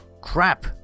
crap